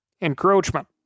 encroachment